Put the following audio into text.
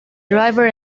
driver